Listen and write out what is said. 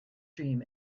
dream